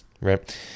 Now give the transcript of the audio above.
right